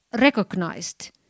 recognized